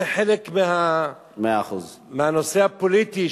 זה חלק מהנושא הפוליטי,